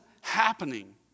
happening